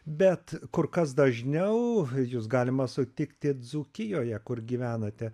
bet kur kas dažniau jus galima sutikti dzūkijoje kur gyvenate